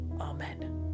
Amen